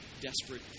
desperate